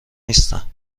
نیستم